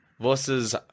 versus